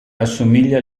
assomiglia